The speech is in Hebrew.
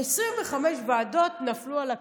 25 ועדות נפלו על הכנסת,